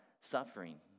suffering